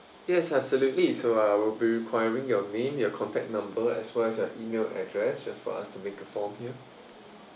yes absolutely so I will be requiring your name your contact number as well as your email address just for us to make a form here